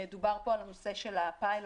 דובר פה על הנושא של הפיילוט,